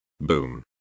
Boom